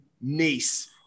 Nice